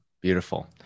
Beautiful